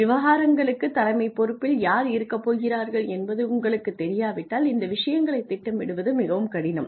விவகாரங்களுக்குத் தலைமை பொறுப்பில் யார் இருக்கப் போகிறார்கள் என்பது உங்களுக்குத் தெரியாவிட்டால் இந்த விஷயங்களைத் திட்டமிடுவது மிகவும் கடினம்